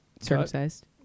circumcised